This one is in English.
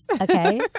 Okay